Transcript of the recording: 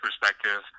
perspective